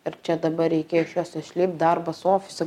ir čia dabar reikia iš jos išlipt darbas ofise